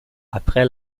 après